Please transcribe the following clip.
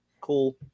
Cool